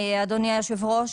אדוני היושב-ראש,